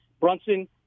Brunson